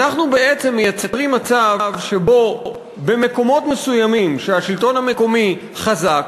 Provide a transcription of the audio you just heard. אנחנו בעצם מייצרים מצב שבו במקומות מסוימים שהשלטון המקומי חזק,